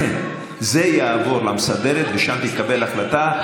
לכן זה יעבור למסדרת ושם תתקבל החלטה.